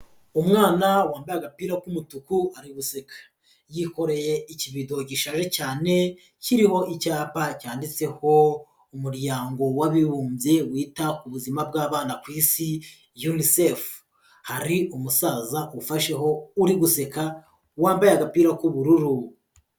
Umwana wambaye agapira k'umutuku ari guseka. Yikoreye ikibido gishaje cyane, kiriho icyapa cyanditseho Umuryango w'Abibumbye wita ku buzima bw'abana ku Isi Unicef. Hari umusaza ufasheho uri guseka, wambaye agapira k'ubururu.